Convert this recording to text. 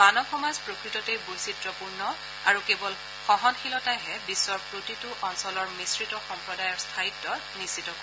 মানৱ সমাজ প্ৰকৃততেই বৈচিত্ৰপূৰ্ণ আৰু কেৱল সহনশীলতাইহে বিশ্বৰ প্ৰতিটো অঞ্চলৰ মিশ্ৰিত সম্প্ৰদায়ৰ স্থায়ীত্ব নিশ্চিত কৰিব